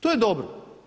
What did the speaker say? To je dobro.